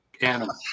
animal